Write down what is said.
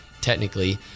technically